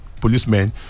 policemen